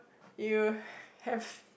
you have